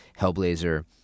Hellblazer